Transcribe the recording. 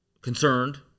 concerned